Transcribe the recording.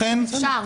אפשר,